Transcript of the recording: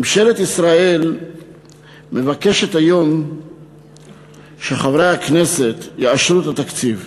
ממשלת ישראל מבקשת היום שחברי הכנסת יאשרו את התקציב,